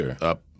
up